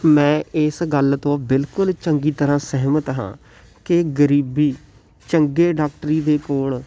ਮੈਂ ਇਸ ਗੱਲ ਤੋਂ ਬਿਲਕੁਲ ਚੰਗੀ ਤਰ੍ਹਾਂ ਸਹਿਮਤ ਹਾਂ ਕਿ ਗਰੀਬੀ ਚੰਗੇ ਡਾਕਟਰੀ ਦੇ ਕੋਲ